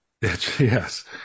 Yes